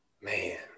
Man